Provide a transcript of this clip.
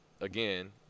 again